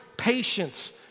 patience